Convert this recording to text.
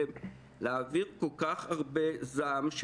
שבאופן הרחב שלהם,